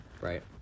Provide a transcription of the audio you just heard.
Right